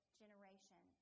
generation